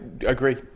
agree